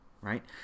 Right